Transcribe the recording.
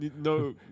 No